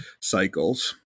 cycles